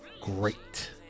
great